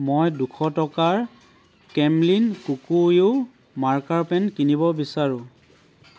মই দুশ টকাৰ কেম্লিন কুকুয়ো মাৰ্কাৰ পেন কিনিব বিচাৰোঁ